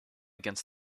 against